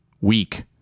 Weak